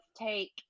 take